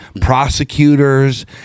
prosecutors